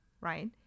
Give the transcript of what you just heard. right